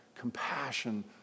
Compassion